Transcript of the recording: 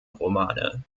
romane